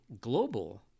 global